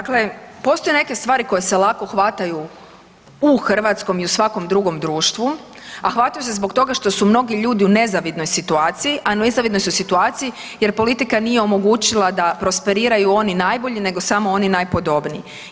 Dakle, postoje neke stvari koje se lako hvataju u hrvatskom i u svakom drugom društvu, a hvataju se zbog toga što su mnogi ljudi u nezavidnoj situaciji, a u nezavidnoj su situaciji jer politika nije omogućila da prosperiraju oni najbolji nego samo oni najpodobniji.